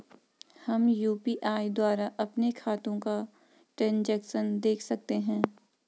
हम यु.पी.आई द्वारा अपने खातों का ट्रैन्ज़ैक्शन देख सकते हैं?